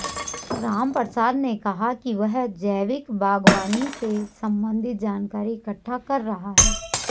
रामप्रसाद ने कहा कि वह जैविक बागवानी से संबंधित जानकारी इकट्ठा कर रहा है